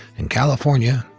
in california,